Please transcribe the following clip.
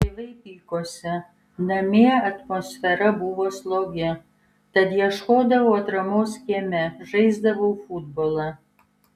tėvai pykosi namie atmosfera buvo slogi tad ieškodavau atramos kieme žaisdavau futbolą